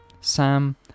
Sam